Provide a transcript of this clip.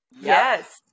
yes